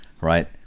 right